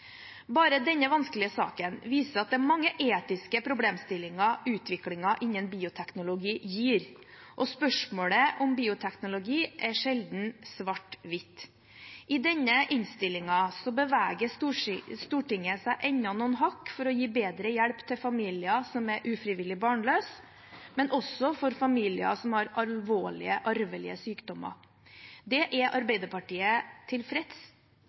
Bare denne ene vanskelige saken viser at det er mange etiske problemstillinger utviklingen innen bioteknologi gir, og spørsmålet om bioteknologi er sjelden svart-hvitt. I denne innstillingen beveger Stortinget seg enda noen hakk for å gi bedre hjelp til familier som er ufrivillig barnløse, men også til familier som har alvorlige arvelige sykdommer. Det er Arbeiderpartiet tilfreds